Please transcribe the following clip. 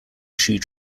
shoe